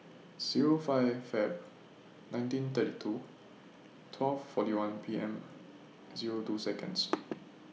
Zero five Feb nineteen thirty two twelve forty one P M Zero two Seconds